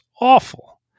awful